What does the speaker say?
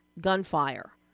gunfire